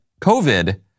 COVID